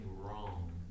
wrong